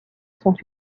sont